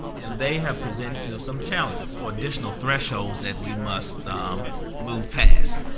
and they have presented you know some challenges, or additional thresholds, that we must move past.